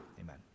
amen